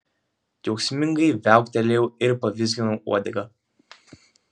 džiaugsmingai viauktelėjau ir pavizginau uodegą